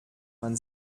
man